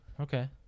okay